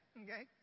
okay